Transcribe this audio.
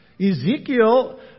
Ezekiel